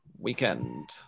weekend